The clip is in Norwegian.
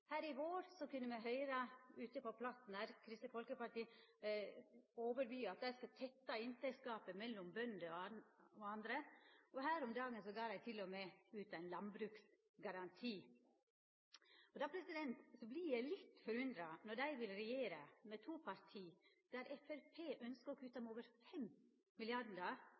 Her i vår kunna me høyra – ute på plassen her – Kristeleg Folkeparti overby at dei skal tetta inntektsgapet mellom bønder og andre, og her om dagen gav dei tilmed ut ein landbruksgaranti. Da vert eg litt forundra – når dei vil regjera med to parti, der Framstegspartiet ønskjer å kutta med over